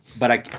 but i,